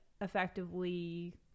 effectively